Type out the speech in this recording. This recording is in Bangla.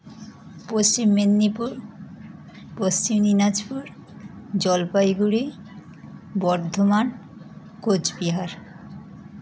পশ্চিম মেদিনীপুর পশ্চিম দিনাজপুর জলপাইগুড়ি বর্ধমান কোচবিহার